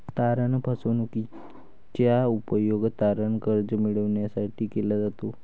तारण फसवणूकीचा उपयोग तारण कर्ज मिळविण्यासाठी केला जातो